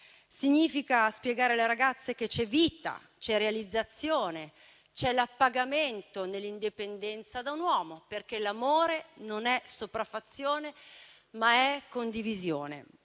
Significa spiegare alle ragazze che c'è vita, c'è realizzazione, c'è l'appagamento nell'indipendenza da un uomo, perché l'amore non è sopraffazione, ma è condivisione.